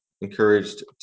encouraged